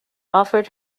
offered